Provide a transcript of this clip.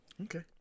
Okay